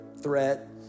threat